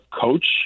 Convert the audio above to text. coach